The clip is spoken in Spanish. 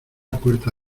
puerta